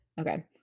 Okay